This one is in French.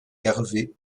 herve